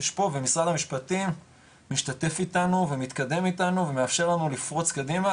ומשרד המשפטים משתתף איתנו ומתקדם איתנו ומאפשר לנו לפרוץ קדימה,